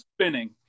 spinning